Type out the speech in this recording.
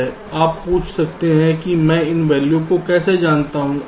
आप पूछ सकते हैं कि मैं इन वैल्यू को कैसे जानता हूं